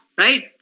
right